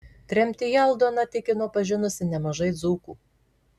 tremtyje aldona tikino pažinusi nemažai dzūkų